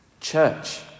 church